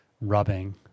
rubbing